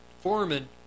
foreman